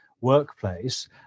workplace